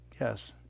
Yes